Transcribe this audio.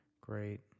great